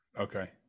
okay